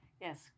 Yes